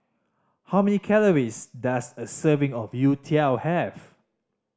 how many calories does a serving of youtiao have